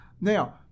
Now